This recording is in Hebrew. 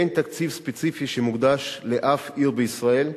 אין תקציב ספציפי שמוקדש לשום עיר בישראל,